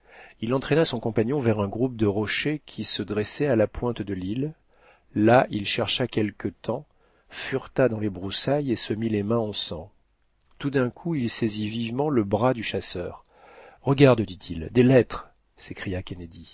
il entraîna son compagnon vers un groupe de rochers qui se dressaient à la pointe de l'île là il chercha quelque temps fureta dans les broussailles et se mit les mains en sang tout d'un coup il saisit vivement le bras du chasseur regarde dit-il des lettres s'écria